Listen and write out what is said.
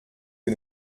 que